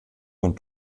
von